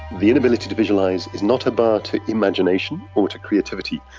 the inability to visualise is not a bar to imagination or to creativity.